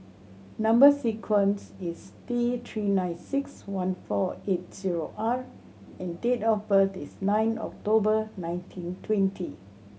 number sequence is T Three nine six one four eight zero R and date of birth is nine October nineteen twenty